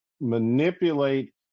manipulate